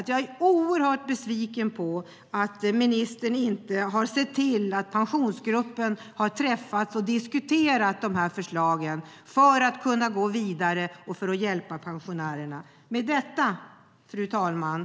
Jag är oerhört besviken på att ministern inte har sett till att Pensionsgruppen har träffats och diskuterat de förslagen för att kunna gå vidare och hjälpa pensionärerna. Fru talman!